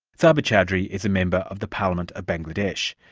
so but chowdery is a member of the parliament of bangladesh,